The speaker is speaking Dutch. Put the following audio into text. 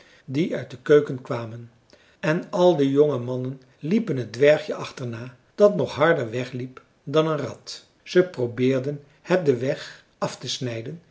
die uit de keuken kwamen en al de jonge mannen liepen het dwergje achterna dat nog harder wegliep dan een rat zij probeerden het den weg af te snijden